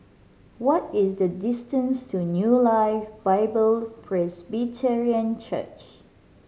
what is the distance to New Life Bible Presbyterian Church